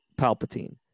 Palpatine